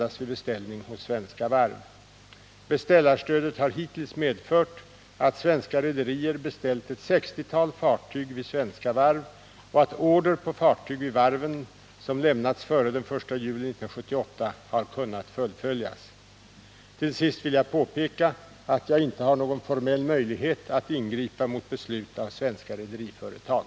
Beställarstödet har hittills medfört att svenska rederier beställt ett sextiotal fartyg vid svenska varv och att order på fartyg vid varven som lämnats före den 1 juli 1978 har kunnat fullföljas. Till sist vill jag påpeka att jag inte har någon formell möjlighet att ingripa mot beslut av svenska rederiföretag.